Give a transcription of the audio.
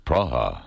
Praha